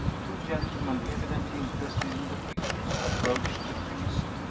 two gentlemen, evidently interested in the pictures, approached the priest.